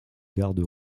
gardes